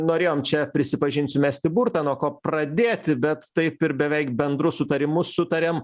norėjom čia prisipažinsiu mesti burtą nuo ko pradėti bet taip ir beveik bendru sutarimu sutarėm